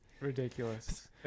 ridiculous